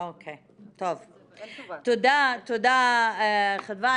תודה חדווה.